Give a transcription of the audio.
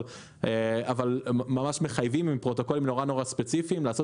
אבל ממש מחייבים עם פרוטוקולים נורא ספציפיים לעשות